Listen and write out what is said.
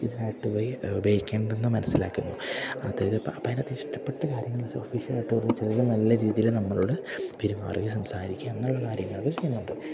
ഇതിനായിട്ട് ഉപയോഗിക്കേണ്ടതെന്ന് മനസ്സിലാക്കുന്നു അതായത് ഇപ്പോള് അപ്പോള് അതിനകത്ത് ഇഷ്ടപ്പെട്ട കാര്യങ്ങളെന്നുവെച്ചാല് ഓഫീഷ്യലായിട്ട് ഓരോന്ന് ചെയ്താല് നല്ല രീതിയില് നമ്മളോട് പെരുമാറുകയും സംസാരിക്കുകയും അങ്ങനെയുള്ള കാര്യങ്ങളൊക്കെ ചെയ്യാൻ പറ്റും